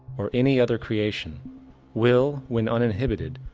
or any other creation will, when uninhibited,